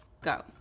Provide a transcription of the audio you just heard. go